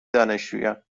دانشجویان